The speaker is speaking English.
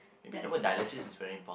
let see